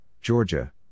Georgia